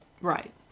Right